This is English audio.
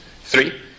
Three